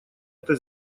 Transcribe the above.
это